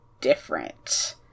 different